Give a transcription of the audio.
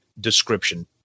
description